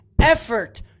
effort